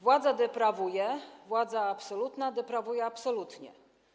Władza deprawuje, władza absolutna deprawuje absolutnie.